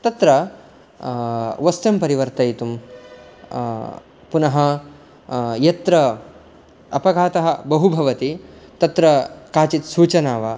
तत्र वस्त्रं परिवर्तयितुं पुनः यत्र अपघातः बहु भवति तत्र काचित् सूचना वा